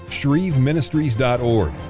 shreveministries.org